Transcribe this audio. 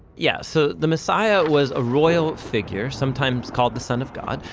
yeah so the messiah was a royal figure, sometimes called the son of god,